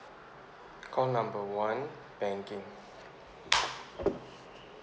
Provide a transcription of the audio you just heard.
call number one banking